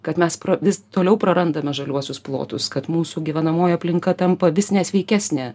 kad mes pro vis toliau prarandame žaliuosius plotus kad mūsų gyvenamoji aplinka tampa vis nesveikesnė